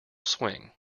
swing